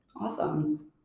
Awesome